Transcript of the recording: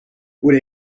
would